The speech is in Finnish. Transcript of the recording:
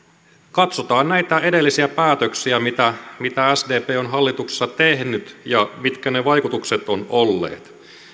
katsotaan näitä edellisiä päätöksiä mitä mitä sdp on hallituksessa tehnyt ja mitkä ne vaikutukset ovat olleet